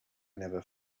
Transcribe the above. never